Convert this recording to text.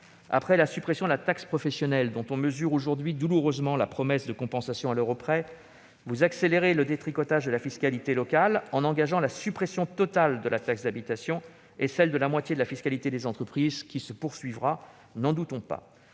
Après la suppression de la taxe professionnelle, dont on mesure aujourd'hui douloureusement la promesse de compensation à l'euro près, vous accélérez le détricotage de la fiscalité locale, en engageant la suppression totale de la TH et celle de la moitié de la fiscalité des entreprises- et ne doutons pas